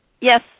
Yes